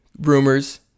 rumors